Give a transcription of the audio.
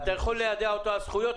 אתה יכול ליידע אותו על זכויות.